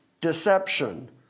deception